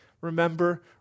Remember